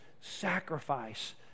sacrifice